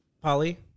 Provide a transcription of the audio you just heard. Polly